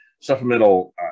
supplemental